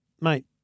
mate